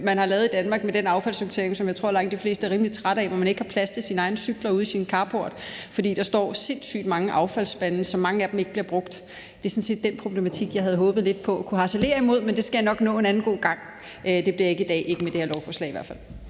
man har i Danmark med den affaldssortering, som jeg tror langt de fleste er rimelig trætte af. Man har ikke plads til sine egne cykler ude i sin carport, fordi der står sindssygt mange affaldsspande, hvoraf mange af dem ikke bliver brugt. Det er sådan set den problematik, jeg havde håbet lidt på at kunne harcelere imod, men det skal jeg nok nå en anden god gang. Det bliver ikke i dag, i hvert fald ikke med det her lovforslag. Kl.